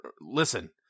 Listen